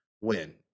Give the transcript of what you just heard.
win